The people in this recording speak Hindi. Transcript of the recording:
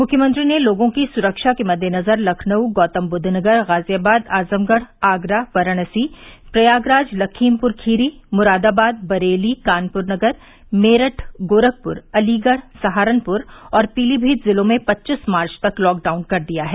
मुख्यमंत्री ने लोगों की सुरक्षा के मद्देनज़र लखनऊ गौतम बुद्व नगर गाजियाबाद आजमगढ़ आगरा वाराणसी प्रयागराज लमीखपुर खीरी मुरादाबाद बरेली कानपुर नगर मेरठ गोरखपुर अलीगढ़ सहारनपुर और पीलीमीत जिलों में पच्चीस मार्च तक लॉक डाउन कर दिया है